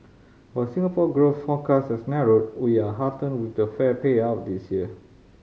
while Singapore growth forecast has narrowed we are heartened with the fair payout this year